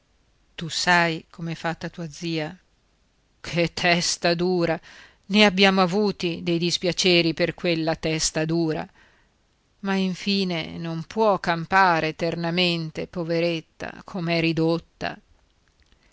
tu sai com'è fatta tua zia che testa dura ne abbiamo avuti dei dispiaceri per quella testa dura ma infine non può campare eternamente poveretta com'è ridotta